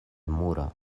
muro